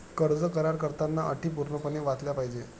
कर्ज करार करताना अटी पूर्णपणे वाचल्या पाहिजे